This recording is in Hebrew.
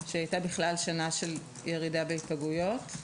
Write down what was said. שהייתה שנה שבה הייתה ירידה בהיפגעויות.